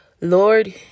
Lord